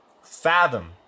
fathom